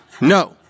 no